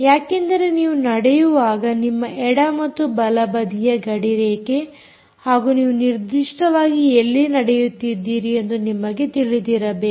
ಯಾಕೆಂದರೆ ನೀವು ನಡೆಯುವಾಗ ನಿಮ್ಮ ಎಡ ಮತ್ತು ಬಲ ಬದಿಯ ಗಡಿರೇಖೆ ಹಾಗೂ ನೀವು ನಿರ್ದಿಷ್ಟವಾಗಿ ಎಲ್ಲಿ ನಡೆಯುತ್ತಿದ್ದೀರಿ ಎಂದು ನಿಮಗೆ ತಿಳಿದಿರಬೇಕು